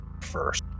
first